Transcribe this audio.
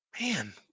man